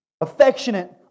affectionate